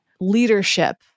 leadership